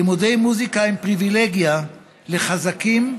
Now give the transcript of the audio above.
לימודי מוזיקה הם פריבילגיה לחזקים ולמבוססים.